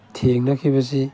ꯊꯦꯡꯅꯈꯤꯕꯁꯤ